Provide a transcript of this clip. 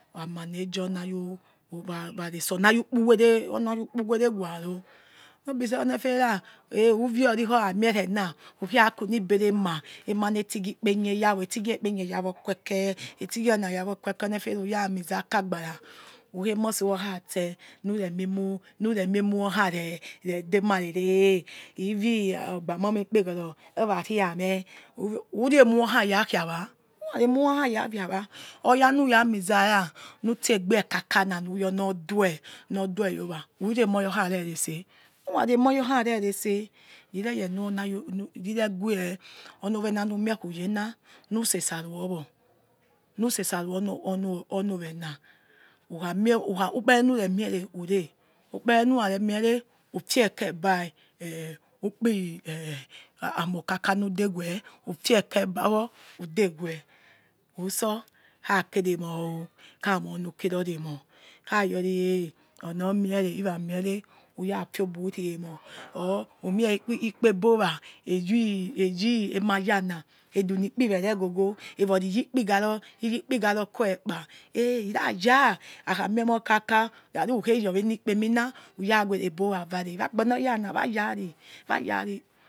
Wa manage or onayowa waretse or nayonkuwere awukpu were waror nobe say onu efara eh who viori khe ora mierena ukhei kunigbere ma ema netighi kpenie yawo etigie ikpenie yawo queke etigie ana yawo queke onefera whora miza aka gbaran ukiewosi ruyor khatse nure mie mu nure mie mu yor khare demarere eh ivie ogbo mameh ikpegoro oraria meh who ru emuyor khara khiwa whora remuyor kharakia wa oya nura muza ra nutse gbie kaka na nu yori nor due yowa whora moyor khare retse who rare emoyor kha ureretse rise yor ni onowena numie kuyena nusetse aruo wo nu sese ari oni owena whokha mie who kpere nure mie re whore who kpere nurare miere ufieke gbai eeh ukpu eh amokaka nudewe ufieke bawo udewe utso khakere ewoha o khe monuke rori emoh khayor eh ona omiere iramie re whoya fio bor uriemir or umie khi yikpe bowa yi eyi emayana eduni kpi were ghogho evori yi kpi gharo iyukpi gbaro kuekpe eeh iraya hakhamie emokake rari whokhyowi enikpimina whoya wene bo wa vare onor oya na wa yari wa yari